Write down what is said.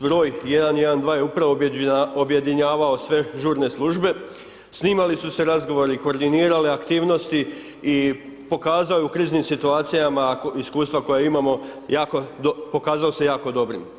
Broj 112 je upravo objedinjavao sve žurne službe, snimali su se razgovori, koordinirale aktivnosti i pokazalo je u kriznim situacijama iskustva koja imamo, pokazalo se jako dobrim.